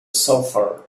sulfur